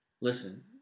Listen